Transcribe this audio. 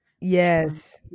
yes